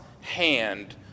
hand